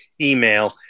email